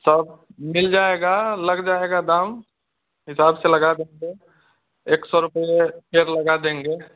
सब मिल जाएगा लग जाएगा दाम हिसाब से लगा देंगें एक सौ रुपये पेड़ लगा देंगे